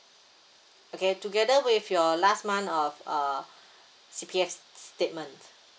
okay together with your last month of uh C_P_F statement